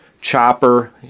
chopper